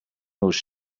nos